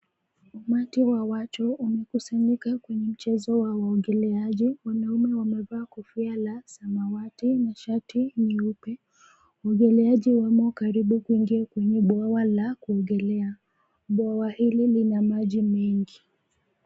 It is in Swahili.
Umati wa watu umekusanyika kwenye mchezo wa uogeleaji, wanaume wamevaa kofia la samawati na shati nyeupe, waogeleaji wamo karibu kuingia kwenye bwawa la kuogelea. Bwawa hili lina maji mengi.